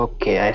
Okay